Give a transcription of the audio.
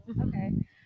Okay